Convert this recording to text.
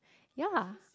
ya lah